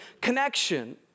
connection